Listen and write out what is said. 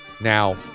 Now